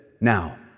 now